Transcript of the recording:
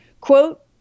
quote